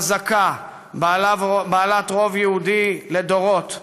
חזקה ובעלת רוב יהודי לדורות,